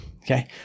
okay